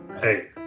hey